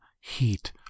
heat